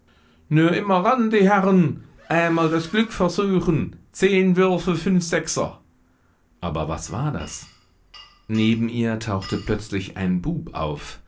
nur immer ran die herren einmal das glück versuchen zehn würfe fünf sechser aber was war das neben ihr tauchte plötzlich ein bub auf